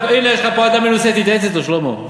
הנה, יש לך פה אדם מנוסה, תתייעץ אתו, שלמה.